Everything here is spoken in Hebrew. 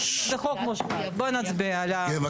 זה חוק מושחת.